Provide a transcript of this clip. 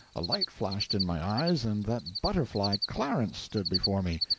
a light flashed in my eyes, and that butterfly, clarence, stood before me!